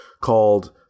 called